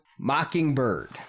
Mockingbird